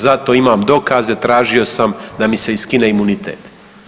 Za to imam dokaze, tražio sam da mi se i skine imunitet.